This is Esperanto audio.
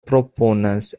proponas